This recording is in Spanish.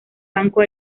banco